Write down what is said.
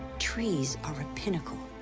trees are a pinnacle,